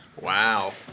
Wow